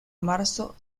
marzo